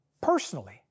personally